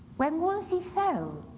when wolsey fell,